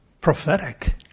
Prophetic